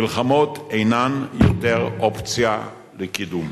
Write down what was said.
מלחמות אינן יותר אופציה לקידום.